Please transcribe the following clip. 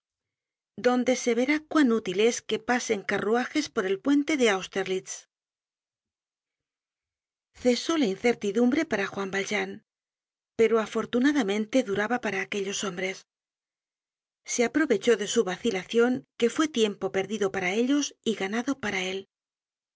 donde se verá cuán útil es que pasen carruajes por el puente de austerlitz cesó la incertidumbre para juan valjean pero afortunadamente duraba para aquellos hombres se aprovechó de su vacilacion que fue tiempo perdido para ellos y ganado para él